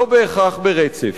לא בהכרח ברצף.